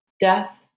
death